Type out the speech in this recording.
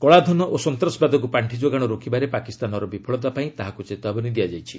କଳାଧନ ଓ ସନ୍ତାସବାଦକୁ ପାଣ୍ଠି ଯୋଗାଣ ରୋକିବାରେ ପାକିସ୍ତାନର ବିଫଳତା ପାଇଁ ତାହାକୁ ଚେତାବନୀ ଦିଆଯାଇଛି